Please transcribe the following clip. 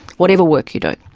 whatever work you do.